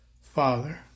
Father